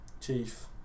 chief